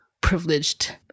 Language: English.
privileged